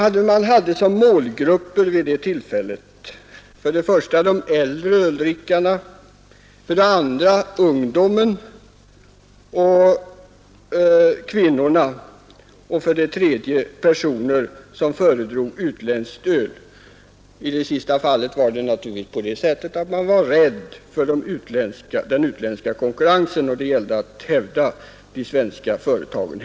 Bryggerierna hade som målgrupper för det första de äldre öldrickarna, för det andra ungdomen och kvinnorna och för det tredje personer som föredrog utländskt öl. I det sista fallet var man naturligtvis rädd för den utländska konkurrensen — det gällde att hävda de svenska företagen.